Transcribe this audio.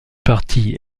parti